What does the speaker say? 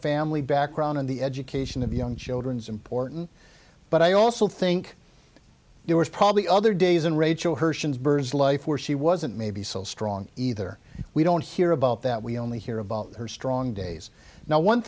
family background and the education of young children is important but i also think there was probably other days in rachel hersh's birds life where she wasn't maybe so strong either we don't hear about that we only hear about her strong days now one